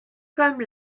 comme